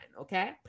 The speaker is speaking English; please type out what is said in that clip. okay